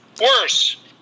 worse